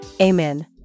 Amen